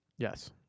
Yes